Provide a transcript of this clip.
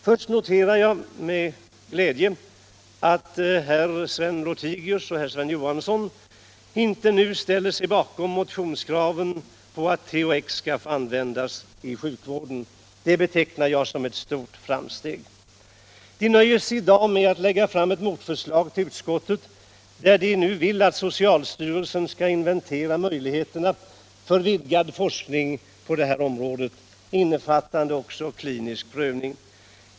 Först noterar jag med glädje att de nu inte ställer sig bakom motionskraven på att THX skall få användas i sjukvården. Det betecknar jag som ett stort framsteg. De nöjer sig i dag med att lägga fram ett motförslag till utskottet, där de vill att socialstyrelsen skall inventera möjligheterna för vidgad forskning på detta område, innefattande också klinisk prövning.